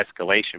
escalation